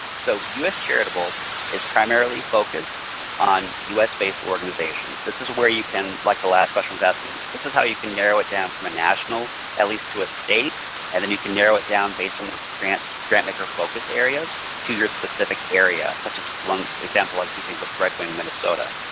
so us charitable is primarily focused on us-based organizations. this is where you can like the last question was asking, this is how you can narrow it down from a national at least to a state and then you can narrow it down based on the grant so grant makers focus areas to your specific area such as one example i was using with redwing, minnesota.